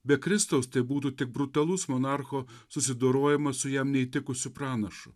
be kristaus tai būtų tik brutalus monarcho susidorojimas su jam neįtikusiu pranašu